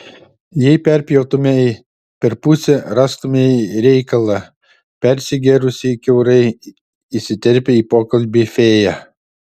jei perpjautumei per pusę rastumei reikalą persigėrusį kiaurai įsiterpia į pokalbį fėja